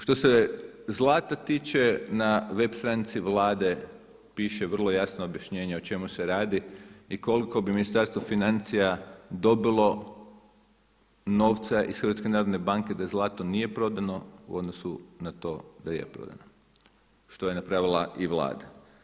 Što se zlata tiče na web stranici Vlade piše vrlo jasno objašnjenje o čemu se radi i koliko bi Ministarstvo financija dobilo novca iz HNB-a da zlato nije prodano u odnosu na to da je prodano, što je napravila i Vlada.